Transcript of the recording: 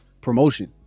promotion